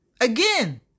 again